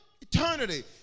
Eternity